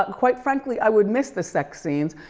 quite frankly, i would miss the sex scenes.